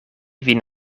vin